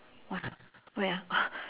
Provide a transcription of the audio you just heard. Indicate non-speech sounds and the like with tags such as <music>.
what ah where ah <breath>